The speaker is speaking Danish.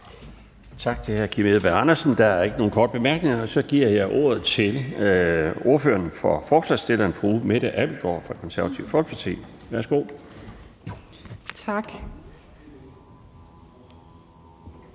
Tak til hr. Kim Edberg Andersen. Der er ikke nogen korte bemærkninger. Så giver jeg ordet til ordføreren for forslagsstillerne, fru Mette Abildgaard fra Det Konservative Folkeparti. Værsgo. Kl.